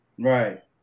Right